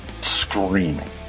screaming